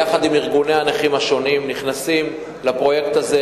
יחד עם ארגוני הנכים, נכנסים לפרויקט הזה.